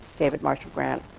david marshall grant,